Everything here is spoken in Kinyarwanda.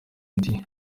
undi